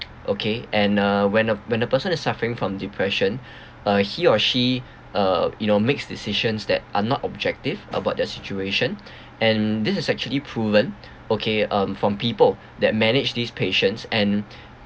okay and uh when a when a person is suffering from depression uh he or she uh you know makes decisions that are not objective about their situation and this is actually proven okay um from people that managed these patients and